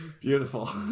Beautiful